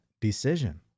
decision